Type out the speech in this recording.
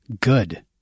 Good